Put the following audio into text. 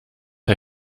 hij